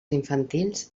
infantils